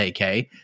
AK